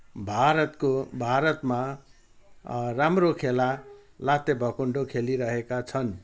भारतको भारतमा राम्रो खेला लात्ते भकुन्डो खेलिरहेका छन्